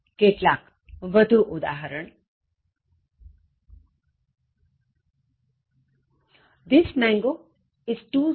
કેટલાક વધું ઉદાહરણ This mango is too sour